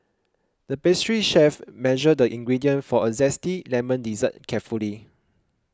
the pastry chef measured the ingredients for a Zesty Lemon Dessert carefully